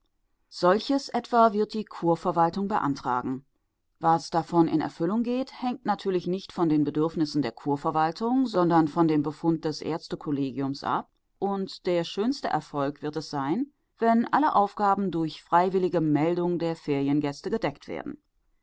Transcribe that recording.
solches etwa wird die kurverwaltung beantragen was davon in erfüllung geht hängt natürlich nicht von den bedürfnissen der kurverwaltung sondern von dem befund des ärztekollegiums ab und der schönste erfolg wird es sein wenn alle aufgaben durch freiwillige meldung der feriengäste gedeckt werden